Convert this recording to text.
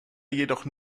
jedoch